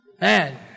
Man